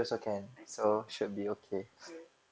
okay K